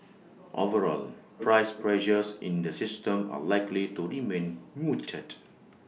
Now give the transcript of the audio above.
overall price pressures in the system are likely to remain muted